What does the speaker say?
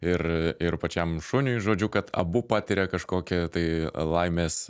ir ir pačiam šuniui žodžiu kad abu patiria kažkokį tai laimės